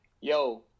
yo